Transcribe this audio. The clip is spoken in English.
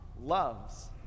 loves